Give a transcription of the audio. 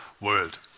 world